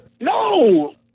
No